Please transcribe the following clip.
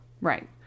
Right